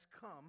come